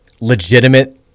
legitimate